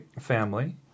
family